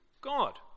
God